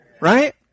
Right